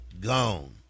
gone